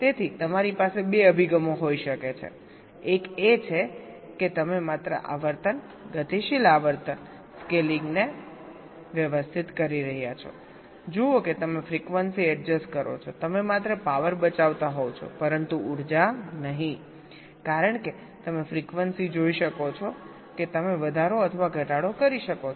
તેથી તમારી પાસે બે અભિગમો હોઈ શકે છે એક એ છે કે તમે માત્ર આવર્તન ગતિશીલ આવર્તન સ્કેલિંગને વ્યવસ્થિત કરી રહ્યા છોજુઓ કે તમે ફ્રીક્વન્સી એડજસ્ટ કરો છો તમે માત્ર પાવર બચાવતા હોવ છો પરંતુ ઉર્જા નહીં કારણ કે તમે ફ્રીક્વન્સી જોઈ શકો છો કે તમે વધારો અથવા ઘટાડો કરી શકો છો